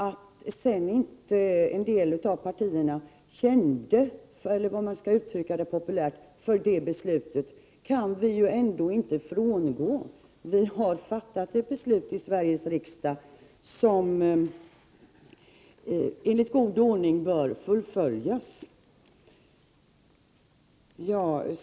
Att en del av partierna sedan inte kände för det beslutet, så att säga, kan ju inte leda till att vi frångår beslutet. Vi har fattat ett beslut i Sveriges riksdag som enligt god ordning bör fullföljas.